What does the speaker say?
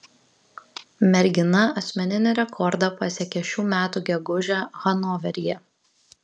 mergina asmeninį rekordą pasiekė šių metų gegužę hanoveryje